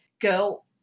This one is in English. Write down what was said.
go